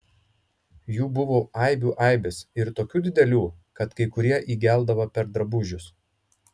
jų buvo aibių aibės ir tokių didelių kad kai kurie įgeldavo per drabužius